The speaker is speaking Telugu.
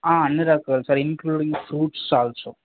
అన్ని రకాలు సార్ ఇన్క్లూడింగ్ ఫ్రూట్స్ ఆల్సో